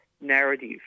narrative